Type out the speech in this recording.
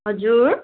हजुर